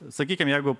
sakykim jeigu